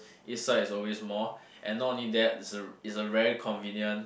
east side is always more and not only that is a is a very convenient